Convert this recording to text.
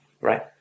right